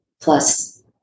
Plus